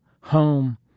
home